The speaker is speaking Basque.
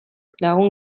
lagun